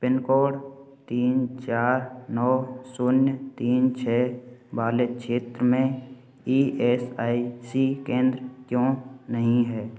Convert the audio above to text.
pin code तीन चार नौ शून्य तीन छः वाले क्षेत्र में ई एस आई सी केंद्र क्यों नहीं है